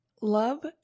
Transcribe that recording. love